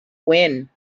when